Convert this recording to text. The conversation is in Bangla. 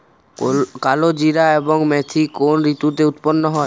কালোজিরা এবং মেথি কোন ঋতুতে উৎপন্ন হয়?